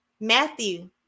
Matthew